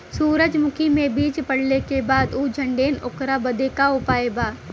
सुरजमुखी मे बीज पड़ले के बाद ऊ झंडेन ओकरा बदे का उपाय बा?